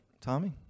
Tommy